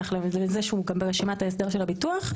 לזה שהוא גם ברשימת ההסדר של הביטוח,